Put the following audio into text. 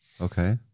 Okay